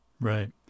Right